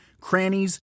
crannies